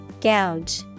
Gouge